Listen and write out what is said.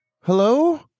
Hello